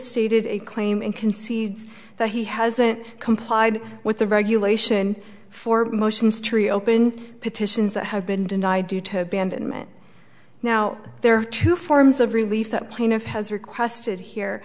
stated a claim and concedes that he hasn't complied with the regulation four motions tree open petitions that have been denied due to bandon men now there are two forms of relief that plaintiff has requested here